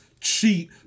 cheat